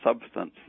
substance